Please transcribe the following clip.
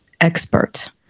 expert